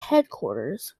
headquarters